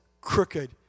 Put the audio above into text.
crooked